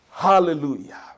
Hallelujah